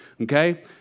okay